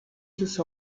sus